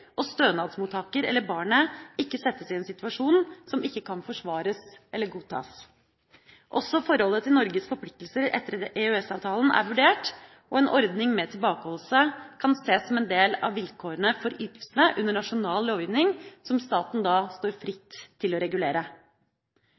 og stønadsmottaker eller barnet ikke settes i en situasjon som ikke kan forsvares eller godtas. Også forholdet til Norges forpliktelser etter EØS-avtalen er vurdert, og en ordning med tilbakeholdelse kan ses som en del av vilkårene for ytelsene under nasjonal lovgivning som staten da står